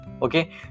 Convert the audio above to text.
okay